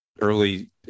early